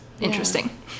interesting